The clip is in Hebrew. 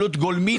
עלות גולמית.